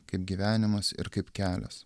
kaip gyvenimas ir kaip kelias